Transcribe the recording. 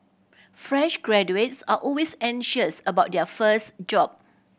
fresh graduates are always anxious about their first job